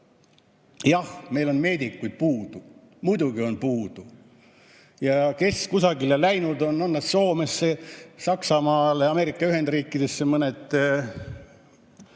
Jah, meil on meedikuid puudu, muidugi on puudu. Ja kes kusagile läinud on, on nad Soome, Saksamaale, mõned Ameerika Ühendriikidesse, mõned,